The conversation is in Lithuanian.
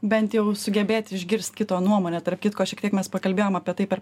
bent jau sugebėti išgirst kito nuomonę tarp kitko šiek tiek mes pakalbėjom apie tai per